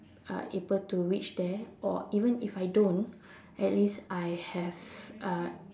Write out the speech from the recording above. uh able to reach there or even if I don't at least I have uh